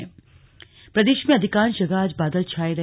मौसम प्रदेश में अधिकांश जगह आज बादल छाये रहे